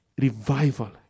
revival